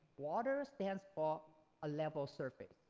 water stands for a level surface.